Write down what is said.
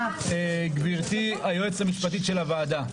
גברתי היועצת המשפטית של הוועדה,